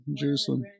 Jerusalem